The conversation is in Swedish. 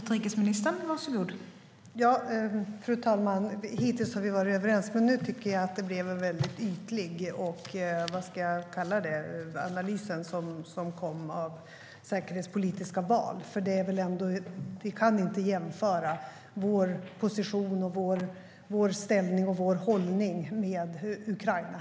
Fru talman! Hittills har vi varit överens, men nu tycker jag att analysen av säkerhetspolitiska val blev ytlig. Vi kan inte jämföra vår position, ställning och hållning med Ukraina.